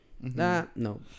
No